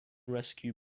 rescue